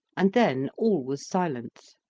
and then all was silence.